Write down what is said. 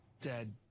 dead